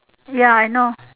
ya I know